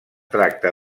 tracta